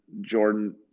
Jordan –